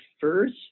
first